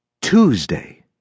Tuesday